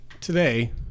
today